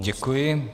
Děkuji.